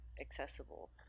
accessible